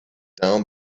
down